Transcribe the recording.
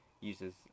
uses